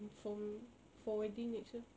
mm for for wedding next year